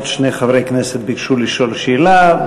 עוד שני חברי כנסת ביקשו לשאול שאלה,